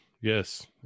yes